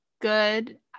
good